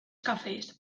cafés